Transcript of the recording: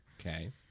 Okay